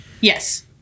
Yes